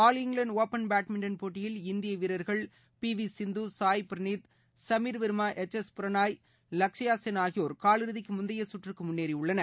all இங்வாண்டு open badminton போட்டியில் இந்திய வீரர்கள் P V Sindhu Sai Praneeth Sameer Verma H S Prannoy Lakshya Sen ஆகியோர் காலிறுதிக்கு முந்தைய கற்றுக்கு முன்னேறியுள்ளனர்